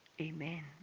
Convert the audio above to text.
Amen